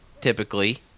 typically